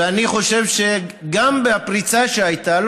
ואני חושב שגם בפריצה שהייתה,